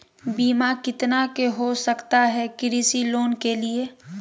बीमा कितना के हो सकता है कृषि लोन के लिए?